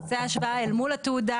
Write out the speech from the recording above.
הוא עושה השוואה אל מול התעודה,